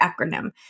acronym